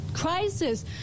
crisis